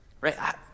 right